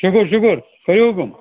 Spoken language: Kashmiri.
شُکُر شُکُر کٔرِو حُکُم